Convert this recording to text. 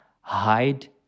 hide